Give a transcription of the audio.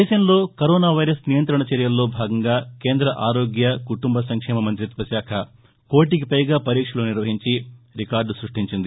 దేశంలో corona virus నియంత్రణ చర్యల్లో భాగంగా కేంద ఆరోగ్య కుటుంబ సంక్షేమ మంత్రిత్వ శాఖ కోటికి పైగా పరీక్షలు నిర్వహించి రికార్దు సృష్టించింది